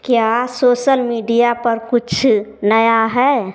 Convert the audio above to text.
क्या social media पर कुछ नया है